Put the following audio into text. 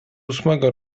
ósmego